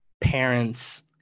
parents